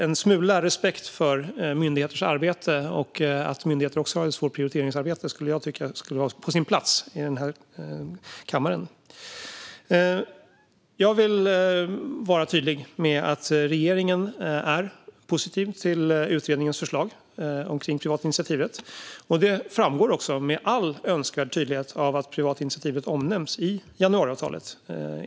En smula respekt för myndigheters arbete och att myndigheter också har ett svårt prioriteringsarbete skulle jag tycka vore på sin plats i den här kammaren. Jag vill vara tydlig med att regeringen är positiv till utredningens förslag om privatinitiativet. Det framgår också med all önskvärd tydlighet av att privatinitiativet omnämns i januariavtalet.